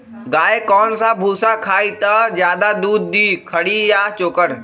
गाय कौन सा भूसा खाई त ज्यादा दूध दी खरी या चोकर?